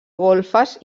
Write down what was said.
golfes